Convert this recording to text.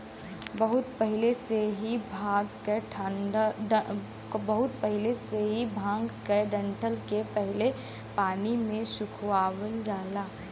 बहुत पहिले से ही भांग के डंठल के पहले पानी से सुखवावल जाला